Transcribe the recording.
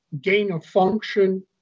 gain-of-function